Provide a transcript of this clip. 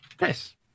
Yes